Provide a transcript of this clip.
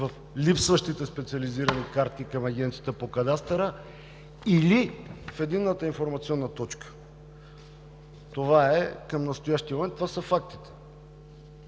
липсващите специализирани карти към Агенцията по кадастъра или в единната информационна точка. Това е към настоящия момент. Това са фактите.